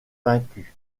vaincu